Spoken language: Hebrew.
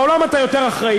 בעולם אתה יותר אחראי,